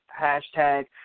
hashtag